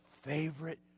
favorite